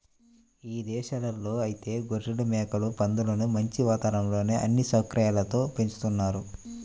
ఇదేశాల్లో ఐతే గొర్రెలు, మేకలు, పందులను మంచి వాతావరణంలో అన్ని సౌకర్యాలతో పెంచుతున్నారు